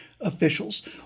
officials